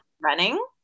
running